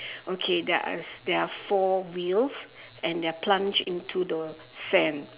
okay there are there are four wheels and they are plunged into the sand